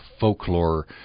folklore